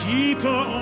Keeper